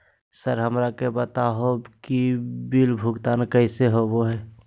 Sir हमरा के बता हो कि बिल भुगतान कैसे होबो है?